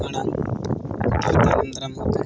ᱚᱱᱟ ᱛᱟᱭᱚᱢ ᱫᱟᱨᱟᱢ ᱛᱮ